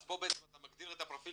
אז פה בעצם אתה מגדיר את פרופיל